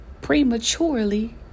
prematurely